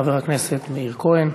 חבר הכנסת מאיר כהן.